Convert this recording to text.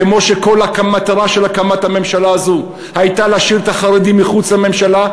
כמו שכל המטרה של הקמת הממשלה הזאת הייתה להשאיר את החרדים מחוץ לממשלה,